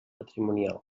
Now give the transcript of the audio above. patrimonials